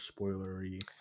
spoilery